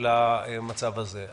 למצב הזה.